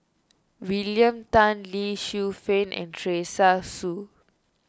William Tan Lee Shu Fen and Teresa Hsu